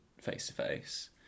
face-to-face